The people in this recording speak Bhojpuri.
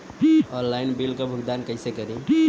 ऑनलाइन बिल क भुगतान कईसे करी?